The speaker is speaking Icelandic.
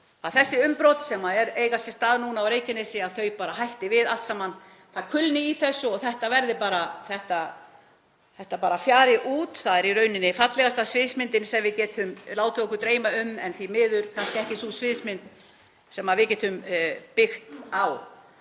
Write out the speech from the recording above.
þessi umbrot sem eiga sér stað núna á Reykjanesi hætti bara við allt saman, það kulni í þessu og þetta fjari bara út. Það er í rauninni fallegasta sviðsmyndin sem við getum látið okkur dreyma um en því miður kannski ekki sú sviðsmynd sem við getum byggt á.